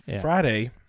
Friday